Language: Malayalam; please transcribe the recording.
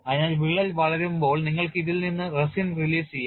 അതിനാൽ വിള്ളൽ വളരുമ്പോൾ നിങ്ങൾക്ക് ഇതിൽ നിന്ന് റെസിൻ റിലീസ് ചെയ്യാം